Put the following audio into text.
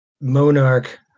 monarch